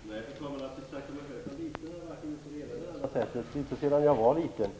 Fru talman! Nej, jag betraktar mig inte som liten på vare sig det ena eller det andra sättet. Det har jag inte gjort sedan jag verkligen var liten.